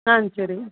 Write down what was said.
ஆ சரிங்க